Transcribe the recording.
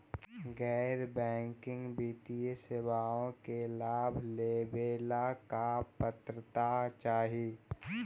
गैर बैंकिंग वित्तीय सेवाओं के लाभ लेवेला का पात्रता चाही?